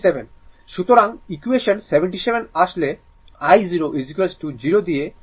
সুতরাং ইকুয়েশন 77 আসলে i0 0 দিয়ে R L সার্কিটের স্টেপ রেসপন্স দেয়